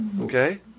Okay